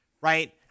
Right